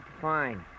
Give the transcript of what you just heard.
Fine